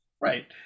Right